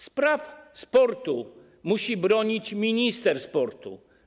Spraw sportu musi bronić minister sportu.